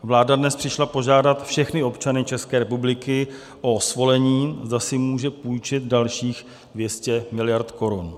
Vláda dnes přišla požádat všechny občany České republiky o svolení, zda si může půjčit dalších 200 miliard korun.